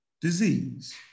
disease